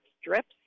strips